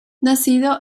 nacido